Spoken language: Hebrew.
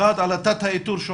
אחת על תת האיתור,